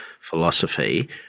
philosophy